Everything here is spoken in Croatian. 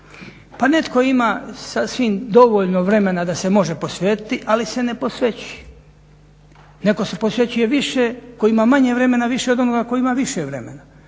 Pa netko ima sasvim dovoljno vremena da se može posvetiti ali se ne posvećuje. Netko se posvećuje, tko ima manje vremena više od onoga koji ima više vremena.